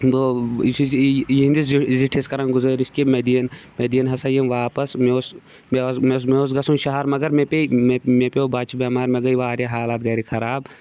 بہٕ یُس یُس یی یِہِنٛدِ زُ زِٹھِس کَران گُزٲرِش کہ مےٚ دِیِنۍ مےٚ دِیِنۍ ہسا یِم واپَس مےٚ اوس مےٚ ٲس مےٚ اوس مےٚ اوس گژھُن شہر مگر مےٚ پے مےٚ مےٚ پیوٚ بَچہِ بٮ۪مار مےٚ گٔیے واریاہ حالات گَرِ خراب